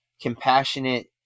compassionate